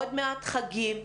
עוד מעט חגים.